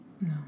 No